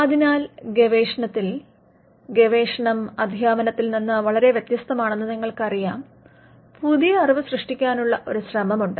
അതിനാൽ ഗവേഷണത്തിൽ ഗവേഷണം അധ്യാപനത്തിൽ നിന്ന് വളരെ വ്യത്യസ്തമാണെന്ന് നിങ്ങൾക്കറിയാം പുതിയ അറിവ് സൃഷ്ടിക്കാനുള്ള ഒരു ശ്രമമുണ്ട്